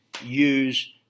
use